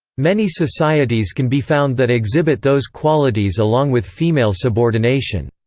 many societies can be found that exhibit those qualities along with female subordination.